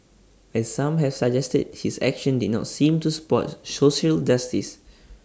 but some have suggested his actions did not seem to support social justice